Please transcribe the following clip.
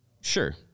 Sure